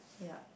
ya